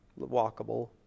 Walkable